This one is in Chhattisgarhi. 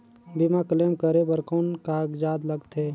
बीमा क्लेम करे बर कौन कागजात लगथे?